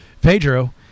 Pedro